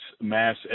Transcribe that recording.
mass